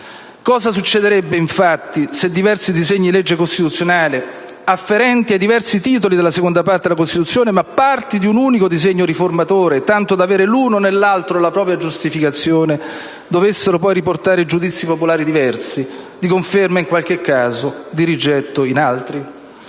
Cosa succederebbe, infatti, se diversi disegni di legge costituzionali, afferenti ai diversi Titoli della Parte II della Costituzione, ma parti di un unico disegno riformatore, tanto da avere l'uno nell'altro la propria giustificazione, dovessero poi riportare giudizi popolari diversi, di conferma in qualche caso e di rigetto in altri?